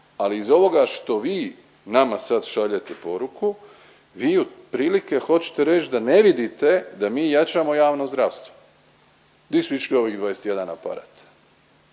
ali iz ovoga što vi nama sad šaljete poruku, vi otprilike hoćete reći da ne vidite da mi jačamo javno zdravstvo. Gdje su išli ovih 21 aparat?